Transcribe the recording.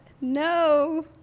No